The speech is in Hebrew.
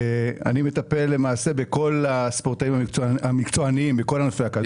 אני מטפל למעשה בכל הספורטאים המקצועניים בכל ענפי הכדור.